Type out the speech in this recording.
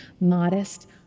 modest